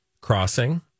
crossing